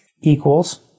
equals